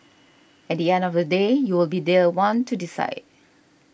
at the end of the day you will be their one to decide